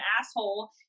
asshole